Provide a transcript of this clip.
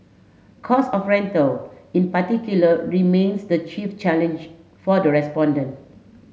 cost of rental in particular remains the chief challenge for the respondent